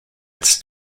its